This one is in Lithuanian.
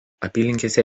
apylinkėse